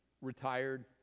retired